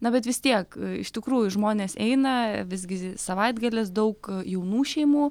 na bet vis tiek iš tikrųjų žmonės eina visgi savaitgalis daug jaunų šeimų